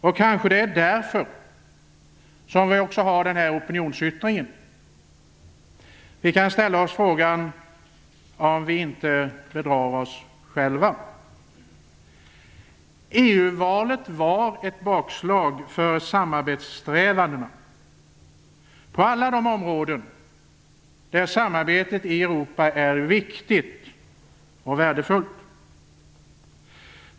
Det är kanske därför som den här opinionsyttringen förekommer. Vi kan ställa oss frågan om vi inte bedrar oss själva. EU-valet var ett bakslag för samarbetssträvandena på alla de områden där samarbetet i Europa är viktigt och värdefullt.